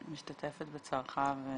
אני משתתפת בצערך.